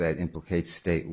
that implicates state